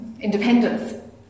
independence